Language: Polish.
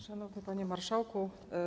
Szanowny Panie Marszałku!